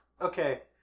Okay